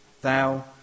Thou